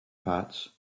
parts